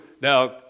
Now